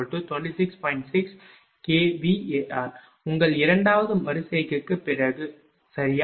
6 kVAr உங்கள் இரண்டாவது மறு செய்கைக்குப் பிறகு சரியா